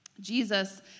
Jesus